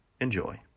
Enjoy